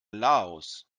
laos